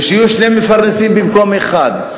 ויהיו שני מפרנסים במקום אחד,